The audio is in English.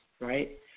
right